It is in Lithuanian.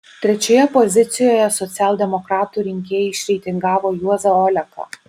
trečioje pozicijoje socialdemokratų rinkėjai išreitingavo juozą oleką